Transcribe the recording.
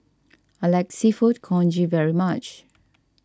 I like Seafood Congee very much